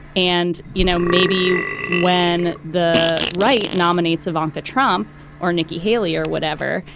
and, you know, maybe when the right nominates ivanka trump or nikki haley or whatever.